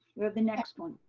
you're the next one.